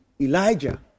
Elijah